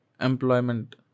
employment